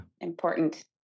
important